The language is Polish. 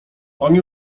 oni